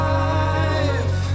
life